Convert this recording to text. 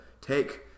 take